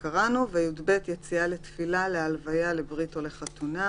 (יב)יציאה לתפילה, להלוויה, לברית או לחתונה,